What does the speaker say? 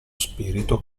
spirito